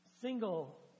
Single